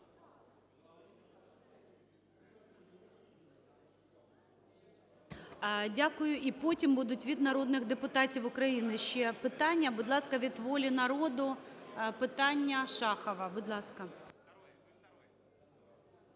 Дякую. І потім будуть від народних депутатів України ще питання. Будь ласка, від "Волі народу" питання Шахова. Будь ласка.